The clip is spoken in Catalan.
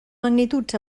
magnituds